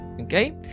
Okay